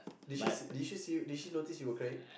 did she did she see you did she notice you were crying